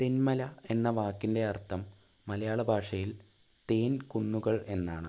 തെന്മല എന്ന വാക്കിൻ്റെ അർത്ഥം മലയാള ഭാഷയിൽ തേൻ കുന്നുകൾ എന്നാണ്